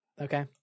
Okay